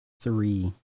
three